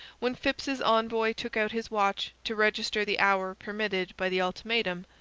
when phips's envoy took out his watch to register the hour permitted by the ultimatum,